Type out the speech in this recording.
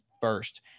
first